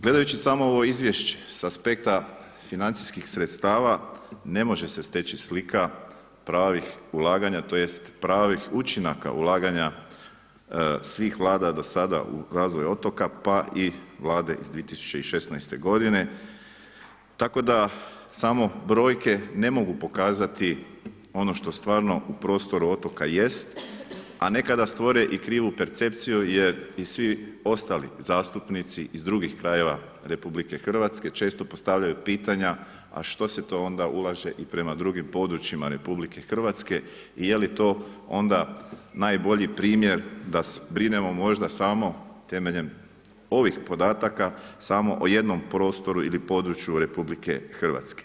Gledajući samo ovo izvješće sa aspekta financijskih sredstava ne može se steći slika pravih ulaganja, tj. pravih učinaka ulaganja svih Vlada do sada u razvoj otoka, pa i Vlade iz 2016. godine, tako da samo brojke ne mogu pokazati ono što stvarno u prostoru otoka jest, a nekada stvore i krivu percepciju, jer i svi ostali zastupnici iz drugih krajeva Republike Hrvatske često postavljaju pitanja a što se to onda ulaže i prema drugim područjima Republike Hrvatske i je li to onda najbolji primjer da brinemo možda samo temeljem ovih podataka, samo o jednom prostoru ili području Republike Hrvatske.